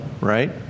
right